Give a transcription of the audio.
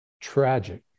tragic